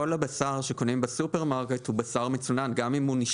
כל הבשר שקונים בסופרמרקט הוא בשר מצונן גם הוא נשקל